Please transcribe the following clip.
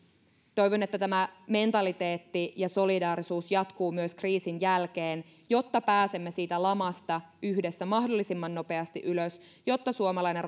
niin tämä mentaliteetti ja solidaarisuus jatkuu myös kriisin jälkeen jotta pääsemme siitä lamasta yhdessä mahdollisimman nopeasti ylös jotta suomalainen